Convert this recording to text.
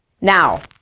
Now